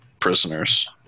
prisoners